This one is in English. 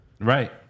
Right